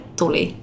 tuli